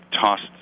tossed